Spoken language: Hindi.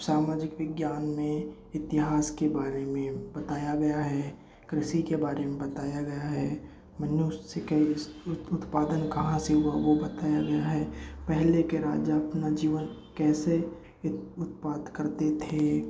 सामाजिक विज्ञान में इतिहास के बारे में बताया गया है कृषि के बारे में बताया गया है मनुष्य के उत्पादन कहाँ से हुआ वह बताया गया है पहले के राजा अपना जीवन कैसे उत्पाद करते थे